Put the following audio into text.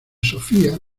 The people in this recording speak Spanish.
sofía